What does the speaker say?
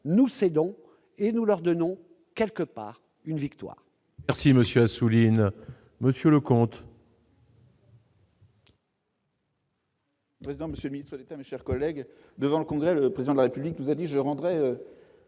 nous cédons et nous leur donnons quelque part une victoire. Merci monsieur Assouline monsieur Leconte. Président Monsieur mise sur les thèmes chers collègues devant le Congrès, le président de la République nous a dit je rendrai